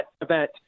event –